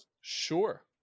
Sure